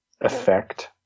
effect